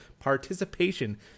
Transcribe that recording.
participation